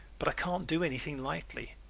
but i can't do anything lightly.